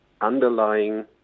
underlying